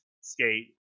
Skate